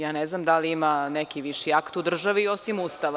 Ja ne znam da li ima neki viši akt u državi osim Ustava.